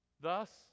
Thus